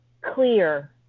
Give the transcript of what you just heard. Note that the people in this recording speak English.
clear